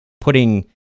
putting